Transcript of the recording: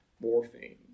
morphine